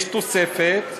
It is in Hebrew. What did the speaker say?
יש תוספת,